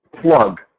plug